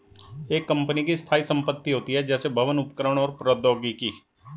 एक कंपनी की स्थायी संपत्ति होती हैं, जैसे भवन, उपकरण और प्रौद्योगिकी